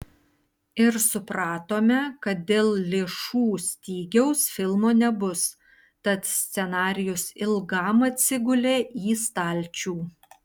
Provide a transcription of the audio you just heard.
ir supratome kad dėl lėšų stygiaus filmo nebus tad scenarijus ilgam atsigulė į stalčių